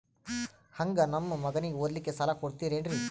ಹಂಗ ನಮ್ಮ ಮಗನಿಗೆ ಓದಲಿಕ್ಕೆ ಸಾಲ ಕೊಡ್ತಿರೇನ್ರಿ?